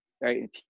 right